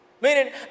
Meaning